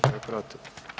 Tko je protiv?